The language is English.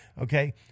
okay